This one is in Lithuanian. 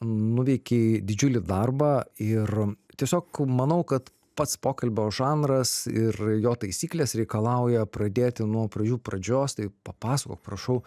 nuveikei didžiulį darbą ir tiesiog manau kad pats pokalbio žanras ir jo taisyklės reikalauja pradėti nuo pradžių pradžios tai papasakok prašau